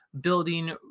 building